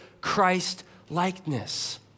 Christ-likeness